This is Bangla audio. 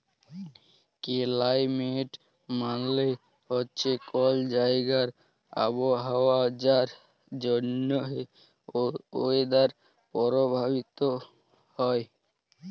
কেলাইমেট মালে হছে কল জাইগার আবহাওয়া যার জ্যনহে ওয়েদার পরভাবিত হ্যয়